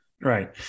right